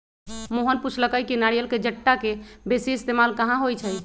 मोहन पुछलई कि नारियल के जट्टा के बेसी इस्तेमाल कहा होई छई